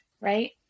Right